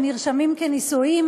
ונרשמים כנשואים,